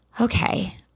okay